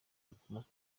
rikomoka